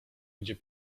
gdzie